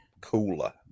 cooler